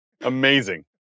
Amazing